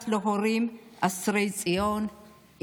בת להורים אסירי ציון,